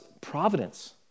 providence